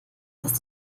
dass